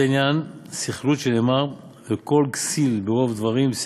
זה עניין סכלות, שנאמר 'וקול כסיל ברב דברים'.